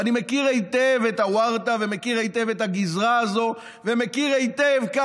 ואני מכיר היטב את עוורתא ואני מכיר היטב את הגזרה הזאת